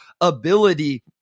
ability